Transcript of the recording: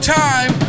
time